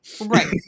Right